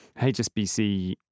HSBC